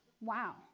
wow